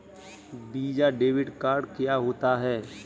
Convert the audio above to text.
Visa debit card क्या होता है?